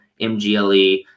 MGLE